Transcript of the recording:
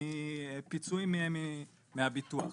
מפיצויים מהביטוח.